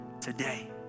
today